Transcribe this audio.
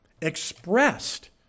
expressed